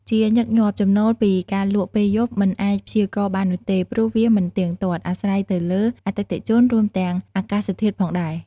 ជាញឹកញាប់ ចំណូលពីការលក់ពេលយប់ មិនអាចព្យាករណ៍បាននោះទេ ព្រោះវាមិនទៀងទាត់ អាស្រ័យទៅលើអតិថិជន រួមទាំងអាកាសធាតុផងដែរ។